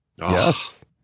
Yes